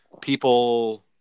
people